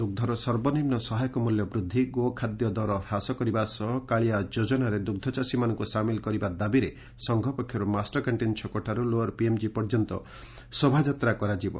ଦୁଗ୍ଗ ସର୍ବନିମ୍ନ ସହାୟକ ମୂଲ୍ୟ ବୃଦ୍ଧି ଗୋଖାଦ୍ୟ ଦର ହ୍ରାସ କରିବା ସହ କାଳିଆ ଯୋଜନାରେ ଦୁଗ୍ଗ ଚାଷୀମାନଙ୍କୁ ସାମିଲ କରିବା ଦାବିରେ ସଂଘ ପକ୍ଷରୁ ମାଷ୍ଟର କ୍ୟାଷ୍ଟିନ୍ ଛକଠାରୁ ଲୋୟର ପିଏମ୍ଜି ପର୍ଯ୍ୟନ୍ତ ଶୋଭାଯାତ୍ରା କରାଯିବ